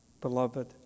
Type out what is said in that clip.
Beloved